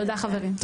תודה, חברים.